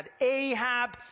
Ahab